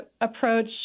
approach